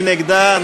מי נגדה?